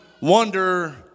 wonder